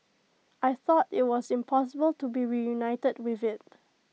I thought IT was impossible to be reunited with IT